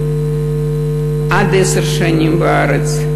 עד עשר שנים בארץ,